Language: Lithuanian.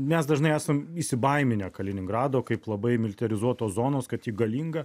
mes dažnai esame įsibaiminę kaliningrado kaip labai militarizuotos zonos kad ji galinga